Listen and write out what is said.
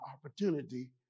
opportunity